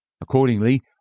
Accordingly